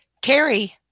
Terry